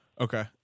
Okay